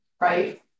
right